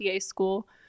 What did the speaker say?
school